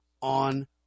on